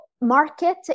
market